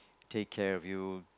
take care of you